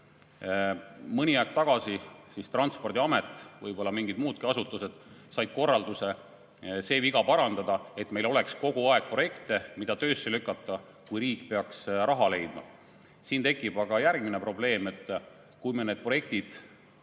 Mõni aeg tagasi Transpordiamet ja võib-olla mingid muudki asutused said korralduse see viga parandada, et meil oleks kogu aeg projekte, mida töösse lükata, kui riik peaks raha leidma. Siin tekib aga järgmine probleem: kui me need projektid